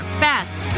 best